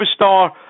superstar